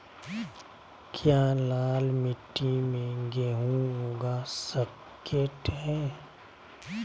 क्या लाल मिट्टी में गेंहु उगा स्केट है?